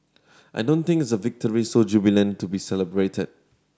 I don't think it's the victory so jubilant to be celebrated